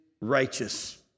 righteous